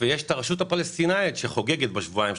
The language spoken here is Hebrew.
יש את הרשות הפלסטינית שחוגגת בשבועיים,